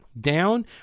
down